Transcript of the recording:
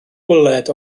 bwled